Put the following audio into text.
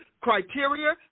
criteria